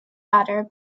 daughter